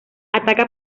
ataca